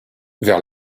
vers